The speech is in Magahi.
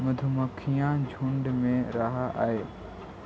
मधुमक्खियां झुंड में रहअ हई